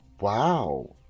Wow